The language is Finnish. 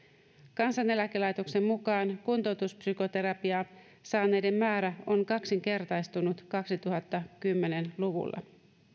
kansaneläkelaitoksen mukaan kuntoutuspsykoterapiaa saaneiden määrä on kaksinkertaistunut kaksituhattakymmenen luvulla